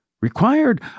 required